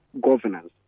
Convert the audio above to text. governance